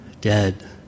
dead